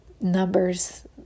numbers